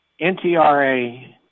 NTRA